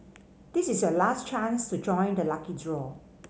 this is your last chance to join the lucky draw